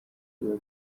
biba